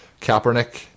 kaepernick